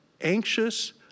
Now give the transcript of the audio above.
anxious